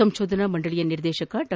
ಸಂಶೋಧನಾ ಮಂಡಳಿಯ ನಿರ್ದೇಶಕ ಡಾ